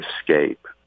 escape